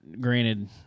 granted